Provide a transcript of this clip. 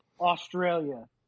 Australia